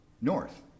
North